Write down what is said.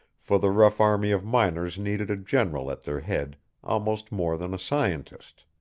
for the rough army of miners needed a general at their head almost more than a scientist.